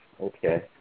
Okay